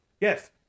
Yes